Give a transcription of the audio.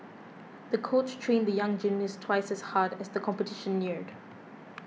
the coach trained the young gymnast twice as hard as the competition neared